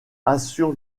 assure